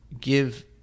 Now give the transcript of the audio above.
give